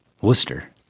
Worcester